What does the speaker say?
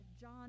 John